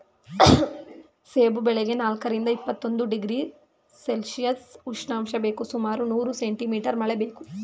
ಸೇಬು ಬೆಳೆಗೆ ನಾಲ್ಕರಿಂದ ಇಪ್ಪತ್ತೊಂದು ಡಿಗ್ರಿ ಸೆಲ್ಶಿಯಸ್ ಉಷ್ಣಾಂಶ ಬೇಕು ಸುಮಾರು ನೂರು ಸೆಂಟಿ ಮೀಟರ್ ಮಳೆ ಬೇಕು